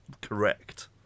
correct